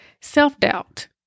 self-doubt